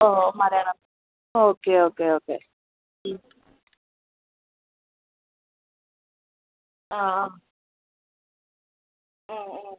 ഓ മലയാളമാണ് okay okay okay ഉം ആ ആ ആ ആ